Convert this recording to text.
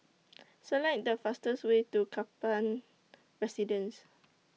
Select The fastest Way to Kaplan Residence